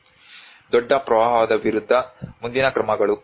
ದೊಡ್ಡ ಪ್ರವಾಹದ ವಿರುದ್ಧ ಮುಂದಿನ ಕ್ರಮಗಳು